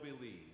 believe